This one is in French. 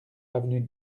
avenue